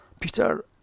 Peter